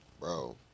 Bro